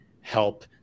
help